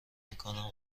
میکنم